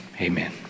amen